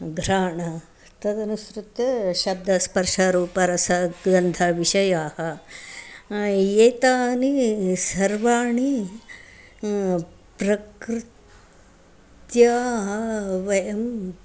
घ्राणं तदनुसृत्य शब्दस्पर्शरूपगन्धविषयाः एतानि सर्वाणि प्रकृत्या वयम्